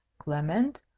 clement,